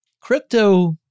crypto